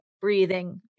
breathing